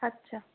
আচ্ছা